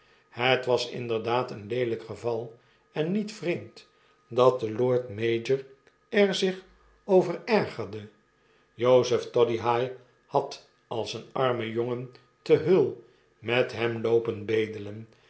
het was inderdaad een leelyk geval en niet vreemd dat de lord mayor er zich over ergerde jozef todddyhigh had als een arme jongen te hull met hem loopen bedelen